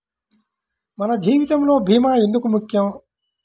మన జీవితములో భీమా ఎందుకు ముఖ్యం?